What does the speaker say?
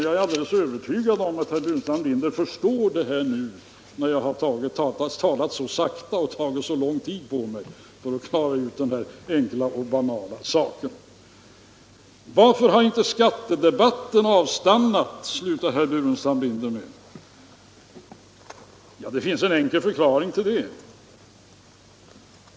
Jag är alldeles övertygad om att herr Burenstam Linder förstår detta nu, när jag har talat så sakta och tagit så lång tid på mig för att klara ut denna enkla och banala sak. Varför har inte skattedebatten avstannat, slutar herr Burenstam Linder med att säga. Det finns enkel förklaring till det.